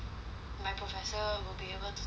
my professor will be able to touch on it